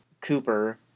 Cooper